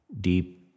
deep